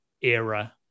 era